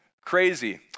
crazy